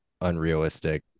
unrealistic